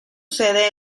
sede